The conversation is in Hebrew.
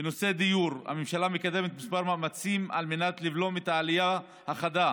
בנושא הדיור הממשלה מקדמת כמה מאמצים על מנת לבלום את העלייה החדה